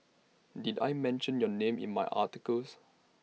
did I mention your name in my articles